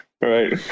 Right